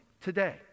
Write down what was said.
today